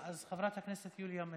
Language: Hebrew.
אז חברת הכנסת יוליה מלינובסקי,